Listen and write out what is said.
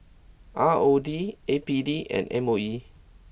R O D A P D and M O E